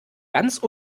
ganz